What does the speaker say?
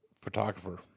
Photographer